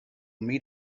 meet